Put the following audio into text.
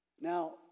Now